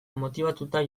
motibatuta